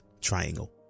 triangle